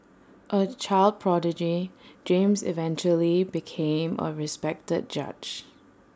A child prodigy James eventually became A respected judge